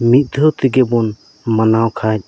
ᱢᱤᱫ ᱫᱷᱟᱹᱣ ᱛᱮᱜᱮ ᱵᱚᱱ ᱢᱟᱱᱟᱣ ᱠᱷᱟᱱ